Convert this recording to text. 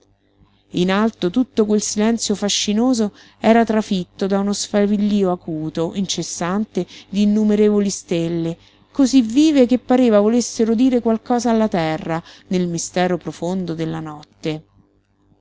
in alto tutto quel silenzio fascinoso era trafitto da uno sfavillío acuto incessante di innumerevoli stelle cosí vive che pareva volessero dire qualcosa alla terra nel mistero profondo della notte